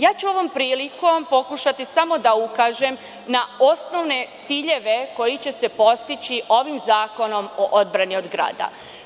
Ja ću ovom prilikom pokušati samo da ukažem na osnovne ciljeve koji će se postići ovim zakonom o odbrani od grada.